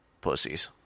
pussies